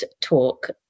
talk